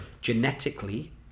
genetically